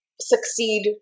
succeed